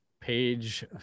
page